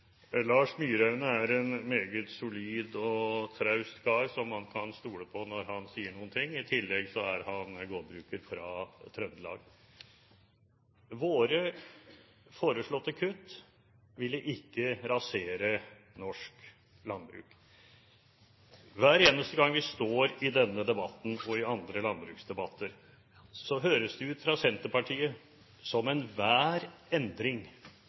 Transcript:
Lars Myraune er en meget solid og traust kar som man kan stole på når han sier noe. I tillegg er han gårdbruker fra Trøndelag. Våre foreslåtte kutt ville ikke rasere norsk landbruk. Hver eneste gang vi står i denne debatten og i andre landbruksdebatter, høres det ut fra Senterpartiet som enhver endring